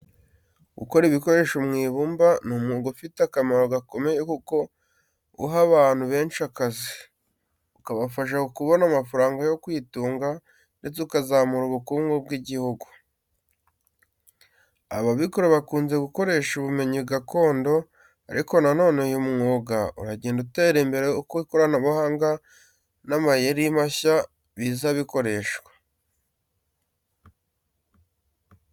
Gukora ibikoresho mu ibumba ni umwuga ufite akamaro gakomeye kuko uha abantu benshi akazi, ukabafasha kubona amafaranga yo kwitunga, ndetse ukazamura ubukungu bw’igihugu. Ababikora bakunze gukoresha ubumenyi gakondo, ariko na none uyu mwuga uragenda utera imbere uko ikoranabuhanga n’amayeri mashya biza bikoreshwa.